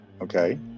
Okay